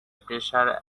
pressure